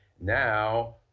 now